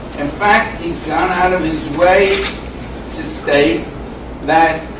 in fact, he's gone out of his way to state that